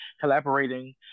collaborating